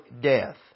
death